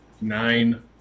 Nine